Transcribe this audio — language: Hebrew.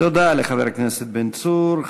תודה לחבר הכנסת בן צור.